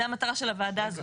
זה המטרה של הוועדה הזאת.